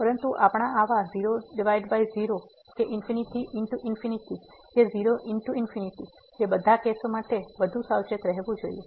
પરંતુ આપણે આવા 00∞×∞ એ 0×∞ બધા કેસો માટે વધુ સાવચેત રહેવું જોઈએ